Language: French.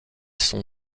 sont